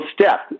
step